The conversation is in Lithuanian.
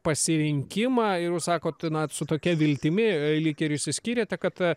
pasirinkimą ir jūs sakot na su tokia viltimi lyg ir išsiskyrėte kad